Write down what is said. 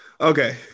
okay